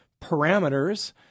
parameters